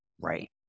right